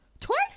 Twice